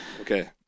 Okay